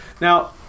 Now